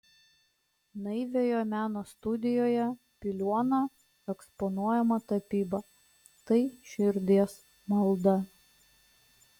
naiviojo meno studijoje piliuona eksponuojama tapyba tai širdies malda